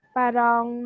parang